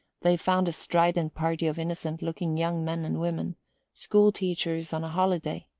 they found a strident party of innocent-looking young men and women school-teachers on a holiday,